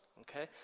okay